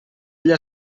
ella